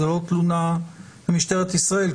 זו לא תלונה למשטרת ישראל,